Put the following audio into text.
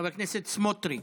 חבר הכנסת סמוטריץ',